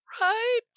right